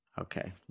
Okay